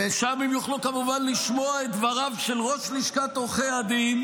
ושם הם יוכלו כמובן לשמוע את דבריו של ראש לשכת עורכי הדין.